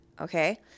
Okay